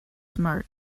smart